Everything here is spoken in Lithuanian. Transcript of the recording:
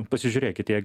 pasižiūrėkit į